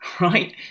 right